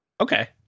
okay